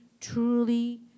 truly